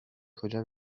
کجا